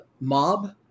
mob